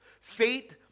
Faith